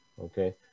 okay